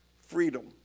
freedom